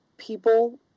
people